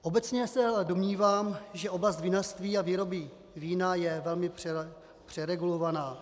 Obecně se ale domnívám, že oblast vinařství a výroby vína je velmi přeregulovaná.